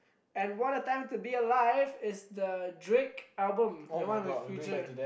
and one of the time to be alive is the Drake album the one with future